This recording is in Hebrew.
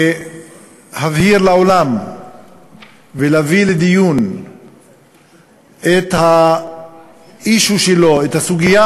להבהיר לעולם ולהביא לדיון את הסוגיה